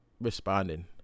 responding